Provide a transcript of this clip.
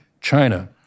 China